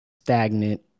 stagnant